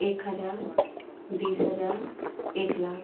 एक हजार बीस हजार एक लाख